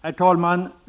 Herr talman!